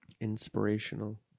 Inspirational